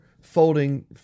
Folding